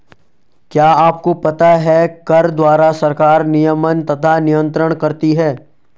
क्या आपको पता है कर द्वारा सरकार नियमन तथा नियन्त्रण करती है?